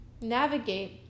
navigate